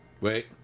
Wait